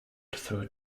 through